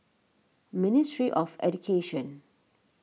Ministry of Education